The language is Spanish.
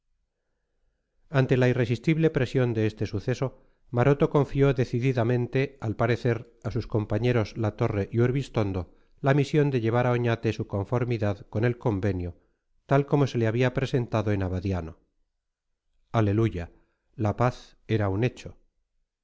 ante la irresistible presión de este suceso maroto confió decididamente al parecer a sus compañeros la torre y urbistondo la misión de llevar a oñate su conformidad con el convenio tal como se le había presentado en abadiano alleluia la paz era un hecho